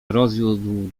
rozwiódł